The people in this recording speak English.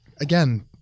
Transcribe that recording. again